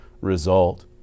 result